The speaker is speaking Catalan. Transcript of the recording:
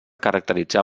caracteritzar